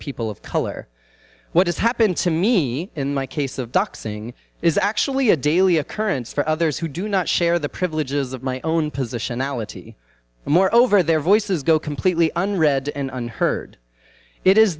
people of color what has happened to me in my case of doc singh is actually a daily occurrence for others who do not share the privileges of my own position ality more over their voices go completely unrelated and unheard it is